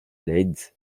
leeds